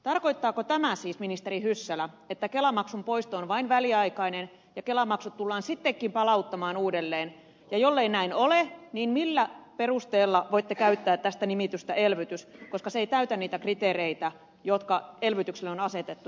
tarkoittaako tämä siis ministeri hyssälä että kelamaksun poisto on vain väliaikainen ja kelamaksut tullaan sittenkin palauttamaan uudelleen ja jollei näin ole niin millä perusteella voitte käyttää tästä nimitystä elvytys koska se ei täytä niitä kriteereitä jotka elvytykselle on asetettu